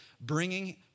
bringing